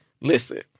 listen